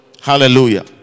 Hallelujah